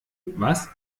was